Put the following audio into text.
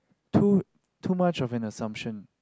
too too much of an assumption